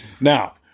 Now